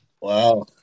wow